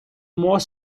more